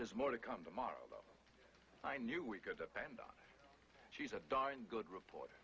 there's more to come tomorrow though i knew we could depend on she's a darn good report